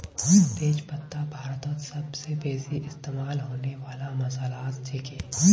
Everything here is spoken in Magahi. तेज पत्ता भारतत सबस बेसी इस्तमा होने वाला मसालात छिके